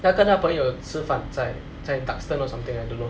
他跟他朋友吃饭在在 duxton or something I don't know